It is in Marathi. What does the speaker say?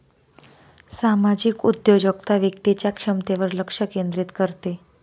सामाजिक उद्योजकता व्यक्तीच्या क्षमतेवर लक्ष केंद्रित करते